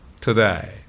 today